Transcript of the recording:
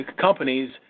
companies